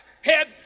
head